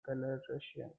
belarusian